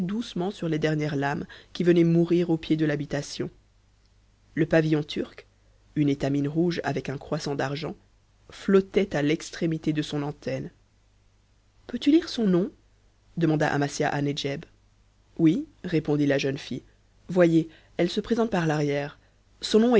doucement sur les dernières lames qui venaient mourir au pied de l'habitation le pavillon turc une étamine rouge avec un croissant d'argent flottait à l'extrémité de son antenne peux-tu lire son nom demanda amasia à nedjeb oui répondit la jeune fille voyez elle se présente par l'arrière son